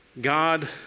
God